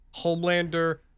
Homelander